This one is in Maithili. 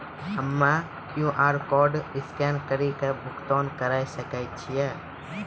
हम्मय क्यू.आर कोड स्कैन कड़ी के भुगतान करें सकय छियै?